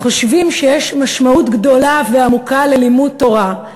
חושבים שיש משמעות גדולה ועמוקה ללימוד תורה,